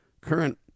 current